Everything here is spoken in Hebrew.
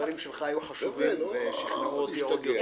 הדברים שלך היו חשובים ושכנעו אותי עוד יותר.